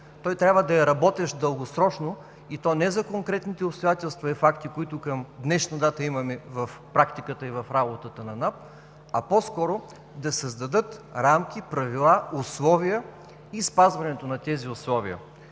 трябва да е работещ дългосрочно и то не за конкретните обстоятелства и факти, които към днешна дата имаме в практиката и в работата на НАП, а по-скоро да създадат рамки, правила, условия и спазването на тези условия.